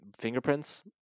fingerprints